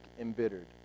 embittered